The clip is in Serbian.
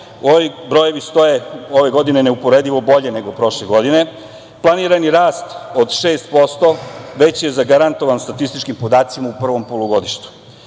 ovi brojevi stoje ove godine neuporedivo bolje nego prošle godine. Planirani rast od 6% već je zagarantovan statističkim podacima u prvom polugodištu.